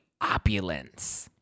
opulence